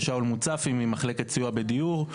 לשאול מוצפי ממחלקת סיוע בדיור.